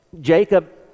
Jacob